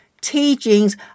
teachings